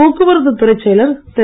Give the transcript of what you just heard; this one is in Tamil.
போக்குவரத்து துறைச் செயலர் திரு